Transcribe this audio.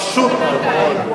אין, בינתיים.